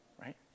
right